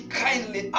kindly